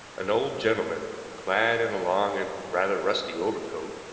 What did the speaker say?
an old gentleman, clad in a long and rather rusty overcoat,